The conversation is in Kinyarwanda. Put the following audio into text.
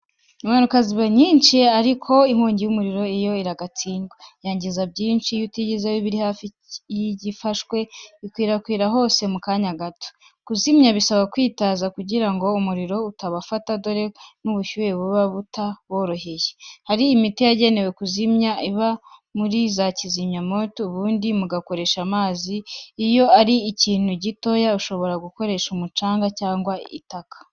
Impanuka ziba nyinshi, ariko inkongi y'umuriro yo iragatsindwa. Yangiza byinshi iyo utigijeyo ibiri hafi y'icyafashwe. Ikwira hose mu kanya gato. Kuzimya bisaba kwitaza kugira ngo umuriro utubafata dore ko n'ubushyuhe buba butaboroheye. Hari imiti yagenewe kuzimya iba muri za kizamwoto; ubundi mugakoresha amazi. Iyo ari ikintu gito ushobora gukoresha umucanga cyangwa igitaka.